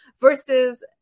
versus